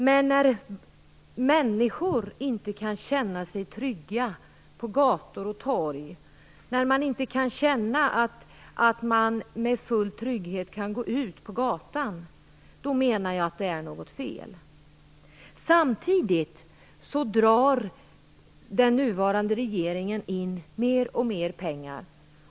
Men när människor inte kan känna sig trygga på gator och torg, när man inte kan känna att man i full trygghet kan gå ute på gatan, då är det något fel. Samtidigt drar den nuvarande regeringen in mer och mer pengar.